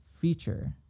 feature